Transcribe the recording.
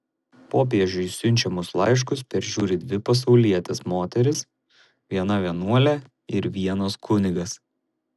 popiežiui siunčiamus laiškus peržiūri dvi pasaulietės moterys viena vienuolė ir vienas kunigas